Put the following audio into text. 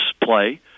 play